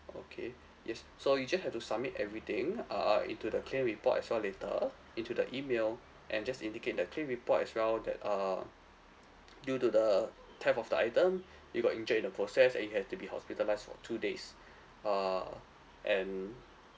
okay yes so you just have to submit everything uh into the claim report as well later into the email and just indicate the claim report as well that uh due to the theft of the item you got injured in the process and you had to be hospitalised for two days err and